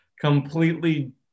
completely